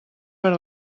per